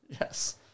Yes